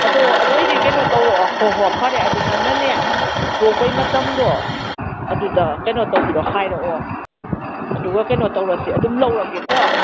ꯑꯗꯣ ꯑꯗꯨ ꯑꯣꯏꯗꯤ ꯀꯩꯅꯣ ꯇꯧꯔꯛꯑꯣ ꯍꯣ ꯍꯣꯏ ꯐꯔꯦ ꯑꯗꯨ ꯅꯪꯅꯅꯦ ꯂꯣꯛꯄꯩ ꯃꯇꯝꯗꯣ ꯑꯗꯨꯗ ꯀꯩꯅꯣ ꯇꯧꯕꯤꯔꯛꯑꯣ ꯍꯥꯏꯔꯛꯑꯣ ꯑꯗꯨꯒ ꯀꯩꯅꯣ ꯇꯧꯔꯁꯤ ꯑꯗꯨꯝ ꯂꯧꯔꯒꯦꯀꯣ